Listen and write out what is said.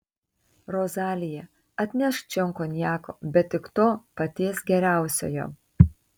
rozalija atnešk čion konjako bet tik to paties geriausiojo